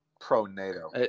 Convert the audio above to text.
pro-NATO